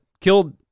killed